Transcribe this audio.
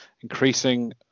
increasing